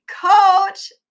coach